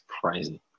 crazy